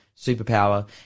superpower